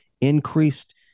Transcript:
increased